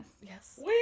Yes